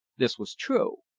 this was true.